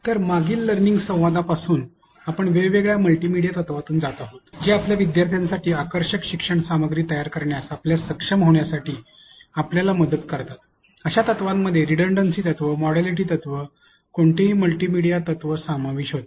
तर मागील लर्निंग संवादांपासून आपण वेगवेगळ्या मल्टीमीडिया तत्त्वांमधून जात आहोत जे आपल्या विद्यार्थ्यांसाठी आकर्षक शिक्षण सामग्री तयार करण्यास आपल्याला सक्षम होण्यासाठी आपल्याला मदत करतात अशा तत्वांमध्ये रिडंडंसी तत्व मोडॅलिटी तत्व कोणतेही मल्टीमीडिया तत्व समाविष्ट होते